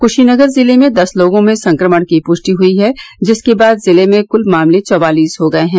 क्शीनगर जिले में दस लोगों में संक्रमण की पुष्टि हई है जिसके बाद जिले में क्ल मामले चवालीस हो गये हैं